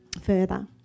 further